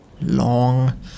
long